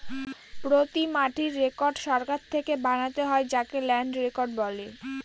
প্রতি মাটির রেকর্ড সরকার থেকে বানাতে হয় যাকে ল্যান্ড রেকর্ড বলে